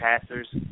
passers